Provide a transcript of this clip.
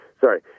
Sorry